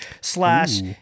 slash